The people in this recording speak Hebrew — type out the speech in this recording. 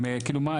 כאילו מה?